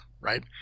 right